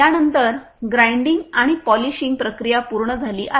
यानंतर ग्राइंडिंग आणि पॉलिशिंग प्रक्रिया पूर्ण झाली आहे